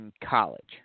college